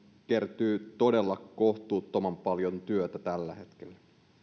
todella kohtuuttoman paljon työtä tällä hetkellä